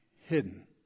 hidden